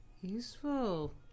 useful